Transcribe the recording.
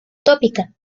tópica